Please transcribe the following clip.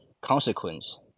consequence